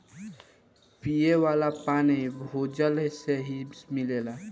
पिये वाला पानी भूजल से ही मिलेला